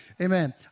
Amen